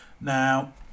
Now